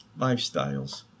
Lifestyles